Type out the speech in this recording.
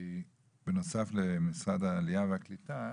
בנוסף למשרד העלייה והקליטה,